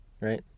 right